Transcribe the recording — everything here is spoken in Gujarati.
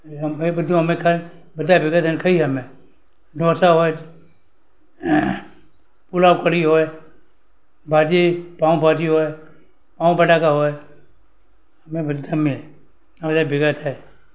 એ બધું અમે કઈ બધાય ભેગા થઈને ખાઈએ અમે ઢોસા હોય પુલાવ કઢી હોય ભાજી પાવભાજી હોય પાવ બટાકા હોય અમે બધું જમીએ બધાય ભેગા થઈ